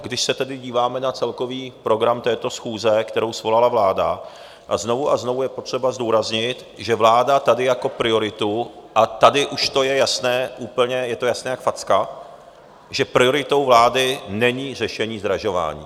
Když se tedy díváme na celkový program této schůze, kterou svolala vláda, znovu a znovu je potřeba zdůraznit, že vláda tady jako prioritu a tady už to je jasné úplně, je to jasné jak facka, že prioritou vlády není řešení zdražování.